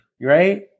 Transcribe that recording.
right